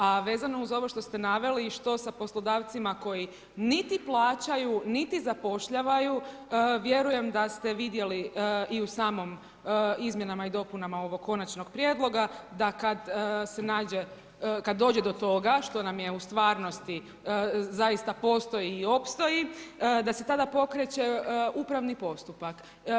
A vezano uz ovo što ste naveli i što sa poslodavcima koji niti plaćaju niti zapošljavaju, vjerujem da ste vidjeli i u samom izmjenama i dopunama ovog konačnog prijedloga, da kada se nađe, kada dođe do toga, što nam je u stvarnosti zaista postoji i opstoji, da se tada pokreće upravni postupak.